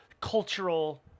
cultural